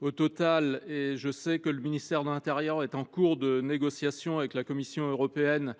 au total. Je sais que le ministère de l’intérieur est en cours de négociation avec la Commission européenne